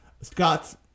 Scott's